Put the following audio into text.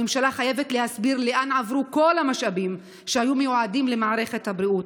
הממשלה חייבת להסביר לאן עברו כל המשאבים שהיו מיועדים למערכת הבריאות.